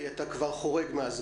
כי אתה כבר חורג מהזמן.